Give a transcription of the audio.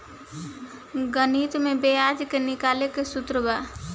गणित में ब्याज के निकाले के सूत्र बा